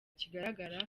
kigaragara